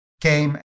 came